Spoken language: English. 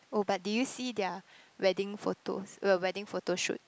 oh but did you see their wedding photos we~ wedding photo shoot